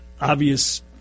obvious